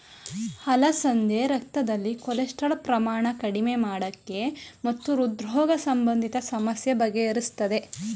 ಅಲಸಂದೆ ರಕ್ತದಲ್ಲಿ ಕೊಲೆಸ್ಟ್ರಾಲ್ ಪ್ರಮಾಣ ಕಡಿಮೆ ಮಾಡಕೆ ಮತ್ತು ಹೃದ್ರೋಗ ಸಂಬಂಧಿತ ಸಮಸ್ಯೆ ಬಗೆಹರಿಸ್ತದೆ